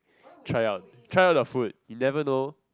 try out try out the food you never know